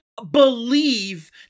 believe